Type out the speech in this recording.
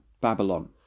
Babylon